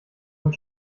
mit